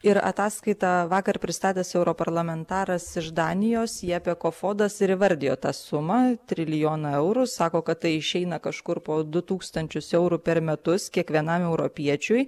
ir ataskaitą vakar pristatęs europarlamentaras iš danijos jepė kofodas ir įvardijo tą sumą trilijoną eurų sako kad tai išeina kažkur po du tūkstančius eurų per metus kiekvienam europiečiui